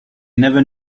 never